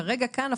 כרגע כאן,